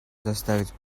заставить